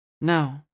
No